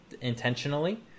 intentionally